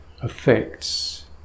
affects